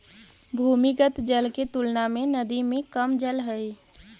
भूमिगत जल के तुलना में नदी में कम जल हई